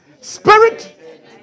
Spirit